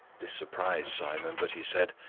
this surprised simon, but he said,